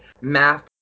math